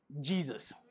Jesus